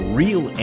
real